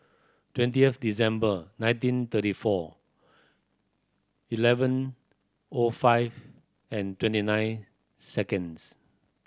twentieth December nineteen thirty four eleven O five and twenty nine seconds